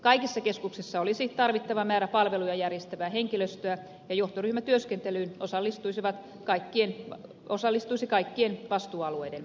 kaikissa keskuksissa olisi tarvittava määrä palveluja järjestävää henkilöstöä ja johtoryhmätyöskentelyyn osallistuisi kaikkien vastuualueiden edustus